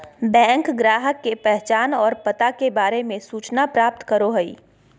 bank ग्राहक के पहचान और पता के बारे में सूचना प्राप्त करो हइ